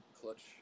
clutch